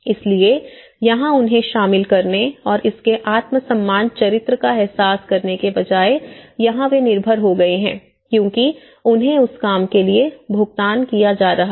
इसलिए यहां उन्हें शामिल करने और इसके आत्म सम्मान चरित्र का एहसास करने के बजाय यहां वे निर्भर हो गए हैं क्योंकि उन्हें उस काम के लिए भुगतान किया जा रहा है